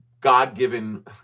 God-given